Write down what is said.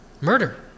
murder